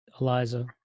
Eliza